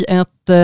ett